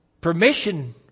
permission